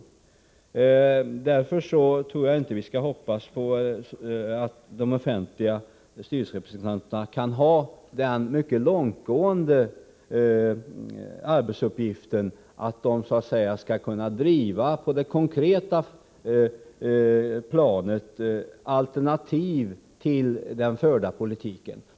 Därför tror jag inte att vi skall hoppas att de offentliga styrelserepresentanterna kan ha den mycket långtgående arbetsuppgiften att de så att säga på det konkreta planet skall kunna driva alternativ till den förda politiken.